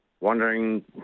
wondering